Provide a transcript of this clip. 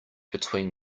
between